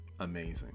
Amazing